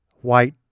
white